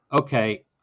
Okay